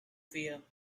fear